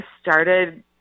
started